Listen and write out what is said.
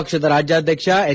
ಪಕ್ಷದ ರಾಜ್ಯಾಧ್ಯಕ್ಷ ಎಚ್